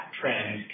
trend